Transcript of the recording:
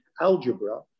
algebra